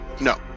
No